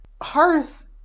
hearth